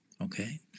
okay